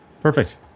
Perfect